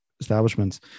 establishments